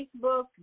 Facebook